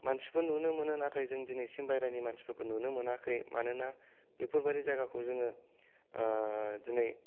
मानसिफोर नुनो मोनो नाथाय जों दिनैसिम बाहेरानि मानसिफोरखौ नुनो मोनाखै मानोना बेफोर बायदि जायगाखौ जोङो दिनै